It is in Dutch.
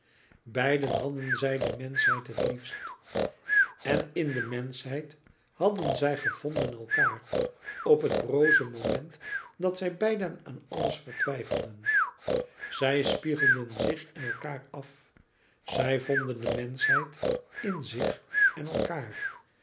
beiden hadden zij de menschheid het liefst en in de menschheid hadden zij gevonden elkaâr op het broze moment dat zij beiden aan alles vertwijfelden zij spiegelden zich in elkander af zij vonden de menschheid in zich en elkaâr